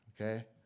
okay